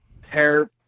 hair